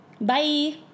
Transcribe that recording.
Bye